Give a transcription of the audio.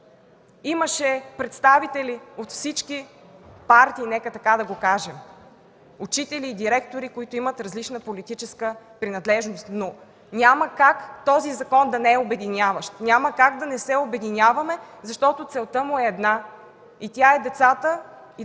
имаше представители от всички партии, нека така да го кажем – учители, директори, които имат различна политическа принадлежност. Но няма как този закон да не е обединяващ. Няма как да не се обединяваме, защото целта му е една – учениците на